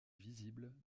visibles